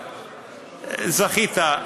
זכית,